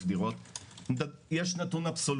ברור, אף אחד לא תוקף אף אחד